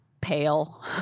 Pale